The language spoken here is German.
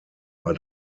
war